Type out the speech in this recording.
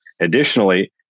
Additionally